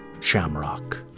Shamrock